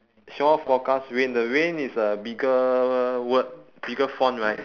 shore forecast rain the rain is a bigger word bigger font right